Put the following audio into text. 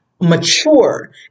mature